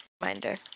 reminder